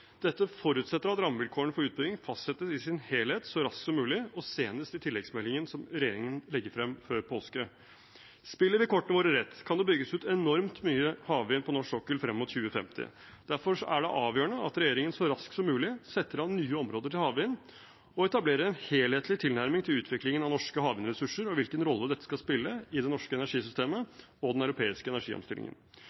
Dette forutsetter at rammevilkårene for utbygging fastsettes i sin helhet så raskt som mulig og senest i tilleggsmeldingen som regjeringen legger frem før påske. Spiller vi kortene våre rett, kan det bygges ut enormt mye havvind på norsk sokkel frem mot 2050. Derfor er det avgjørende at regjeringen så raskt som mulig setter av nye områder til havvind og etablerer en helhetlig tilnærming til utviklingen av norske havvindressurser og hvilken rolle dette skal spille i det norske energisystemet